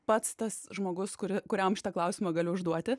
pats tas žmogus kuri kuriam šitą klausimą galiu užduoti